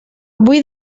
vull